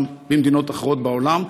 גם במדינות אחרות בעולם,